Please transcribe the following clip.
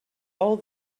all